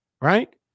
right